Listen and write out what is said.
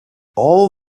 all